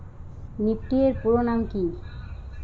Nifty এর পুরোনাম কী?